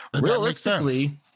Realistically